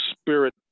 spirit